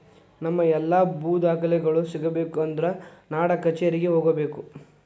ನಮ್ಮ ಎಲ್ಲಾ ಭೂ ದಾಖಲೆಗಳು ಸಿಗಬೇಕು ಅಂದ್ರ ನಾಡಕಛೇರಿಗೆ ಹೋಗಬೇಕು